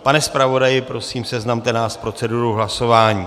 Pane zpravodaji, prosím, seznamte nás s procedurou hlasování.